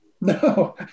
No